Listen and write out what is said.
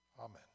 amen